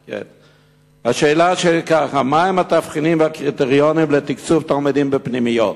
השאלה שלי היא: מה הם התבחינים והקריטריונים לתקצוב תלמידים בפנימיות,